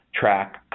track